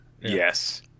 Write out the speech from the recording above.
yes